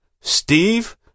Steve